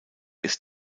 ist